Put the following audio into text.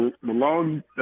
Malone